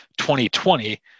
2020